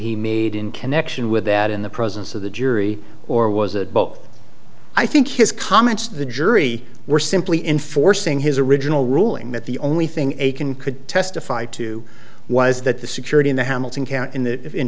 he made in connection with that in the presence of the jury or was it but i think his comments to the jury were simply enforcing his original ruling that the only thing a can could testify to was that the security in the hamilton county in the in